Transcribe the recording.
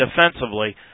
defensively